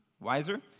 wiser